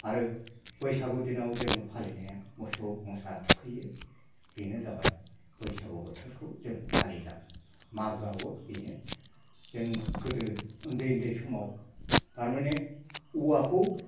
आरो बैसागु दिनाव जों फालिनाया मोसौ मोसा थुखैयो बेनो जाबाय बैसागु बोथोरखौ जों फालिलाङो मागोआवबो बेनो जों गोदो उन्दै उन्दै समाव तारमाने औवाखौ